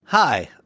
Hi